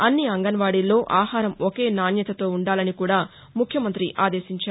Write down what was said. అన్ని అంగన్వాడీల్లో ఆహారం ఒకే నాణ్యతతో ఉండాలని కూడా ముఖ్యమంతి ఆదేశించారు